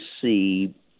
see